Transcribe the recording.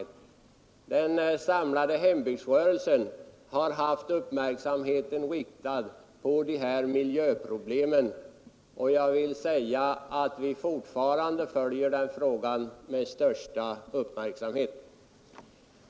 I den samlade hembygdsrörelsen har vi haft uppmärksamheten riktad på dessa miljöproblem, och jag kan tala om att vi fortfarande följer frågan med största uppmärksamhet.